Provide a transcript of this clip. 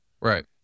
Right